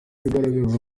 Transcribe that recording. bikagaragaza